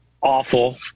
Awful